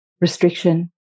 restriction